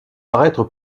paraître